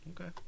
Okay